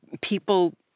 people